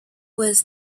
was